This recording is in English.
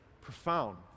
profound